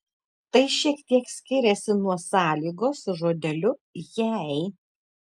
tai šiek tiek skiriasi nuo sąlygos su žodeliu jei